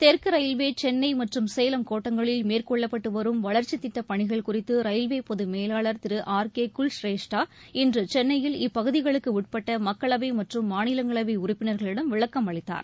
தெற்கு ரயில்வே சென்னை மற்றும் சேலம் கோட்டங்களில் மேற்கொள்ளப்பட்டு வரும் வளர்ச்சித்திட்டப்பணிகள் குறித்து ரயில்வே பொதுமேலாளர் திரு ஆர் கே குல்ஷ்ரேஷ்ட்டா இன்று சென்னையில் இப்பகுதிகளுக்கு உட்பட்ட மக்களவை மற்றும் மாநிலங்களவை உறுப்பினர்களிடம் விளக்கம் அளித்தார்